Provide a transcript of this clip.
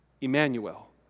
Emmanuel